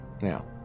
Now